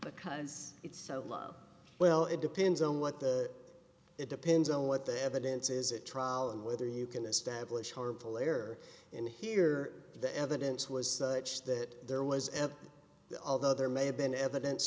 because it's so well it depends on what the it depends on what the evidence is a trial and whether you can establish harmful error in here the evidence was that there was ever although there may have been evidence